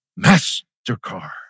Mastercard